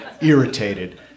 irritated